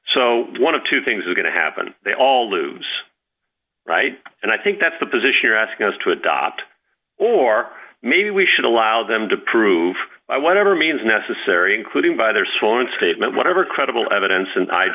so one of two things are going to happen they all lose right and i think that's the position you're asking us to adopt or maybe we should allow them to prove i want every means necessary including by their sworn statement whatever credible evidence an i